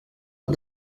aux